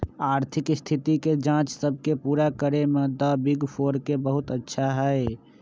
आर्थिक स्थिति के जांच सब के पूरा करे में द बिग फोर के बहुत अच्छा हई